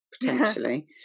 potentially